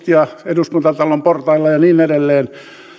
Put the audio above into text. eduskuntatalon portailla ja niin edelleen